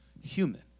human